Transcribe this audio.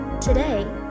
Today